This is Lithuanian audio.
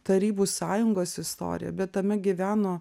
tarybų sąjungos istorija bet tame gyveno